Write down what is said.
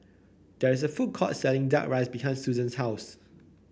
there is a food court selling duck rice behind Suzann's house